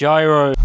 Gyro